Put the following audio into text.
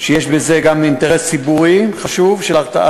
ויש בזה גם אינטרס חשוב של הרתעת